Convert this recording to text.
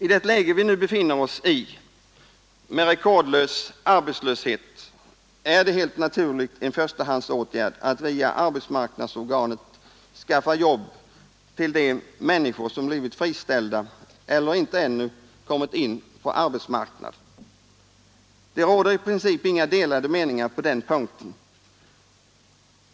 I det läge där vi nu befinner oss med rekordhög arbetslöshet är det helt naturligt en förstahandsåtgärd att via arbetsmarknadsorganen skaffa jobb till de människor som blivit friställda eller inte ännu kommit in på arbetsmarknaden. Det råder i princip inga delade meningar på den punkten.